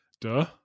duh